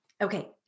Okay